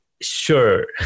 sure